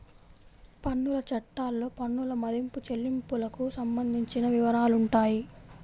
పన్నుల చట్టాల్లో పన్నుల మదింపు, చెల్లింపులకు సంబంధించిన వివరాలుంటాయి